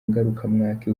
ngarukamwaka